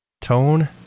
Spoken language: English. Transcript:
Tone